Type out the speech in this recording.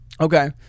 Okay